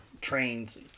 trains